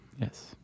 Yes